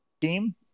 team